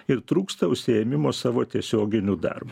ir trūksta užsiėmimo savo tiesioginiu darbu